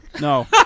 No